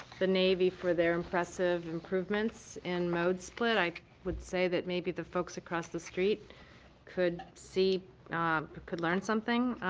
the navy for their impressive improvements and mode split. i would say that maybe the folks across the street could see could learn something.